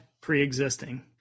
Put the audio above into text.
pre-existing